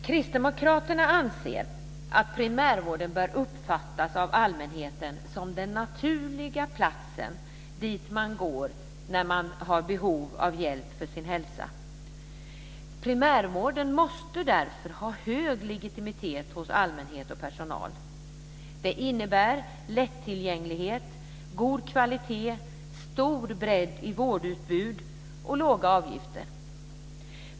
Kristdemokraterna anser att primärvården bör uppfattas av allmänheten som den naturliga platsen dit man går när man har behov av hjälp för sin hälsa. Primärvården måste därför ha hög legitimitet hos allmänhet och personal. Det innebär lättillgänglighet, god kvalitet, stor bredd i vårdutbud och låga avgifter.